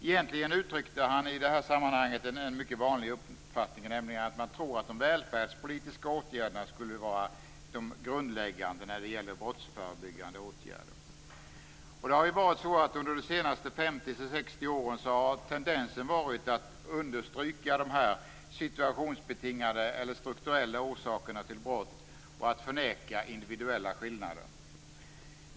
Egentligen uttryckte han i detta sammanhang en mycket vanlig uppfattning, nämligen att de välfärdspolitiska åtgärderna skulle vara de grundläggande när det gäller brottsförebyggande åtgärder. Under de senaste 50-60 åren har tendensen varit att understryka de situationsbetingade eller strukturella orsakerna till brott och att förneka individuella skillnader.